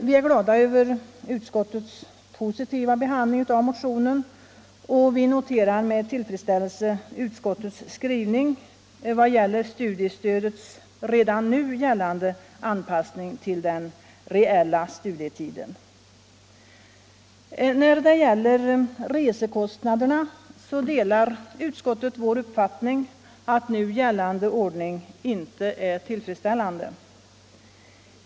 Vi är glada över utskottets positiva behandling av motionen, och vi noterar med tillfredsställelse utskottets skrivning vad gäller studiestödets anpassning redan nu till den reella studietiden. När det gäller resekostnaderna delar utskottet vår uppfattning att nuvarande ordning inte är tillfredsställande.